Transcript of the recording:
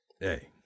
hey